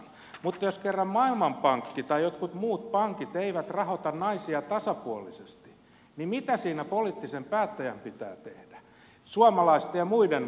mutta jos kerran maailmanpankki tai jotkut muut pankit eivät rahoita naisia tasapuolisesti niin mitä siinä poliittisen päättäjän pitää tehdä suomalaisten ja muiden valtioiden